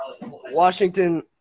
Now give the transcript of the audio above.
Washington